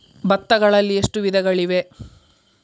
ಭತ್ತಗಳಲ್ಲಿ ಎಷ್ಟು ವಿಧಗಳಿವೆ?